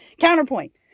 Counterpoint